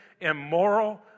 immoral